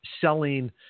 selling